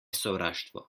sovraštvo